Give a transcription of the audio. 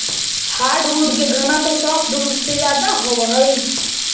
hardwood के घनत्व softwood से ज्यादा होवऽ हइ